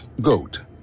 GOAT